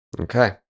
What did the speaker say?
Okay